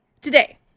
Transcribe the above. today